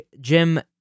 Jim